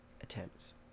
attempts